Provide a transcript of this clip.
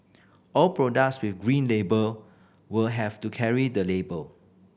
all products with Green Label will have to carry the label